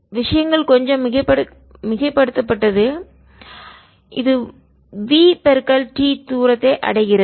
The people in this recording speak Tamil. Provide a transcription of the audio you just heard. விஷயங்கள் கொஞ்சம் மிகைப்படுத்தப்பட்டது இது v t தூரத்தை அடைகிறது